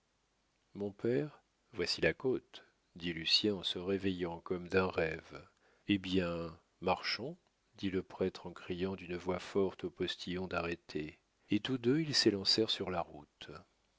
mon père voici la côte dit lucien en se réveillant comme d'un rêve eh bien marchons dit le prêtre en criant d'une voix forte au postillon d'arrêter et tous deux ils s'élancèrent sur la route